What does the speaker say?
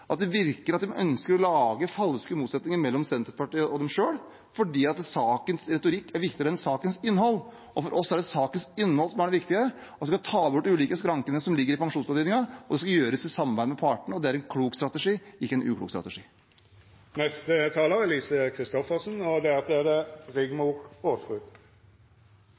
er viktigere enn sakens innhold. For oss er det sakens innhold som er det viktige, at en skal ta bort de ulike skrankene som ligger i pensjonsopptjeningen, og at det skal gjøres i samarbeid med partene. Det er en klok strategi, ikke en uklok strategi. Jeg følte behov for bare å kommentere et par av de tingene som har vært sagt i debatten. Det